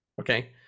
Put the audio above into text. okay